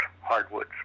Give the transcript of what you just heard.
hardwoods